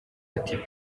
ati